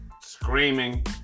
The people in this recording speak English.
Screaming